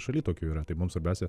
šaly tokių yra tai mum svarbiausia